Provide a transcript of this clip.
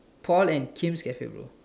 Paul and Kim's cafe bro